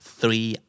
three